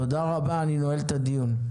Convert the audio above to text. תודה רבה, אני נועל את הדיון.